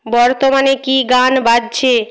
বর্তমানে কী গান বাজছে